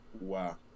Wow